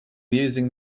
using